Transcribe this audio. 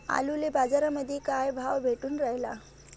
आलूले बाजारामंदी काय भाव भेटून रायला?